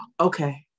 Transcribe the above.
okay